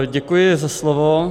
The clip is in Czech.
Děkuji za slovo.